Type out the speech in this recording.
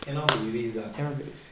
cannot be race ah